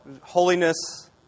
Holiness